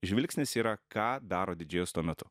žvilgsnis yra ką daro didžėjus tuo metu